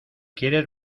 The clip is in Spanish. quieres